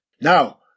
Now